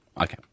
Okay